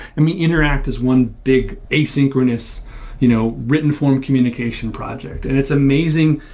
i mean, interact is one big asynchronous you know written form communication project, and it's amazing.